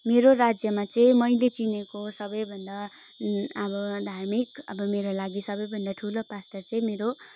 मेरो राज्यमा चाहिँ मैले चिनेको सबैभन्दा अब धार्मिक अब मेरो लागि सबैभन्दा ठुलो पास्टर चाहिँ मेरो